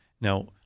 Now